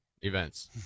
events